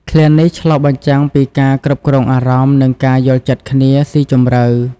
ឃ្លានេះឆ្លុះបញ្ចាំងពីការគ្រប់គ្រងអារម្មណ៍ និងការយល់ចិត្តគ្នាសុីជម្រៅ។